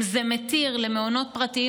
כי אם זה מתיר למעונות פרטיים,